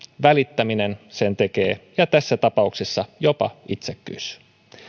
välittäminen sen tekee ja tässä tapauksessa jopa itsekkyys